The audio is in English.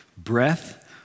Breath